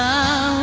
Now